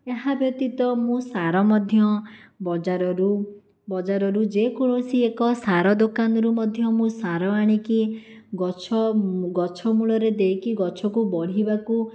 ଏହା ବ୍ୟତୀତ ମୁଁ ସାର ମଧ୍ୟ ବଜାରରୁ ବଜାରରୁ ଯେ କୌଣସି ଏକ ସାର ଦୋକାନରୁ ମଧ୍ୟ ମୁଁ ସାର ଆଣିକି ଗଛ ଗଛମୂଳରେ ଦେଇକି ଗଛକୁ ବଢ଼ିବାକୁ